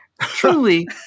Truly